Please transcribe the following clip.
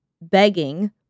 begging